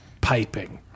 piping